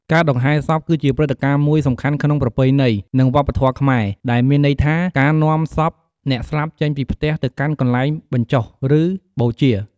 ការដង្ហែសព គឺជាព្រឹត្តិការណ៍មួយសំខាន់ក្នុងប្រពៃណី និងវប្បធម៌ខ្មែរ ដែលមានន័យថា ការនាំសពអ្នកស្លាប់ចេញពីផ្ទះទៅកាន់កន្លែងបញ្ចុះ ឬបូជា។